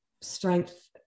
strength